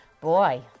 Boy